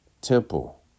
temple